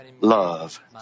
love